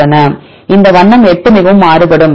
எனவே இந்த வண்ணம் 8 மிகவும் மாறுபடும் சரியா